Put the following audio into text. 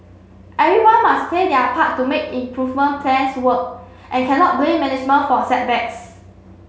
everyone must play their part to make improvement plans work and cannot blame management for setbacks